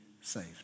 saved